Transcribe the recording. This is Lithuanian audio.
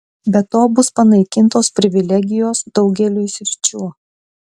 be to bus panaikintos privilegijos daugeliui sričių